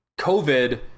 COVID